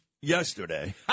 yesterday